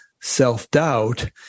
self-doubt